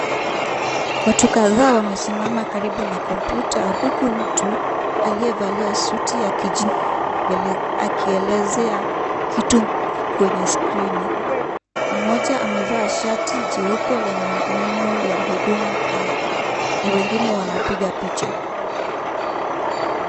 Watu kadhaa wamesimama karibu na kompyuta huku mtu aliyevalia suti ya kijivu akielezea kitu kwenye screen . Mmoja amevaa shati jeupe lenye neno ya Huduma Kenya na wengine wanapiga picha